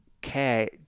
care